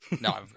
No